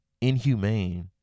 inhumane